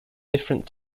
different